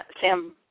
Sam